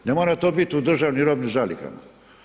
Ne mora to bit u državnim robnim zalihama.